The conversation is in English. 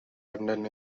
london